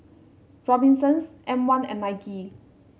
Robinsons M one and Nike